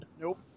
Nope